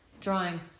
drawing